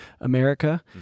america